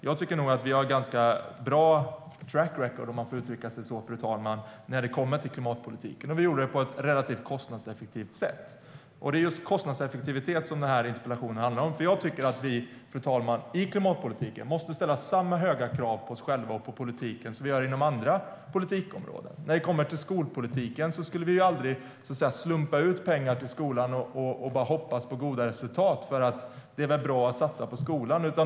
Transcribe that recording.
Jag tycker nog att vi har ett ganska bra track record, om man får uttrycka sig så, när det kommer till klimatpolitiken, och vi gjorde det på ett relativt kostnadseffektivt sätt. Det är just kostnadseffektivitet som interpellationen handlar om. Vi måste i klimatpolitiken ställa samma höga krav på oss själva och på politiken som vi gör inom andra politikområden. När det kommer till skolpolitiken skulle vi aldrig slumpa ut pengar till skolan och bara hoppas på goda resultat för att det är bra att satsa på skolan.